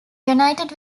united